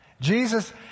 Jesus